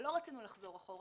ולא רצינו לחזור אחורה.